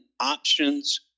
options